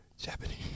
Japanese